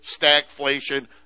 stagflation